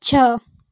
छः